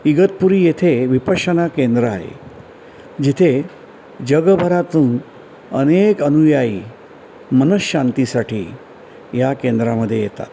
इगतपुरी येथे विपश्यना केंद्र आहे जिथे जगभरातून अनेक अनुयायी मन शांतीसाठी या केंद्रामधे येतात